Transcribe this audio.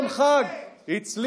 נפתחה הדלת, נפתחה הדלת.